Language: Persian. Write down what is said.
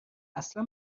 اصلا